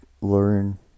learn